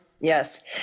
yes